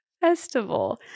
Festival